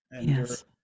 Yes